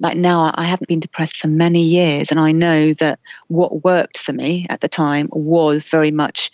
like now i haven't been depressed for many years and i know that what worked for me at the time was very much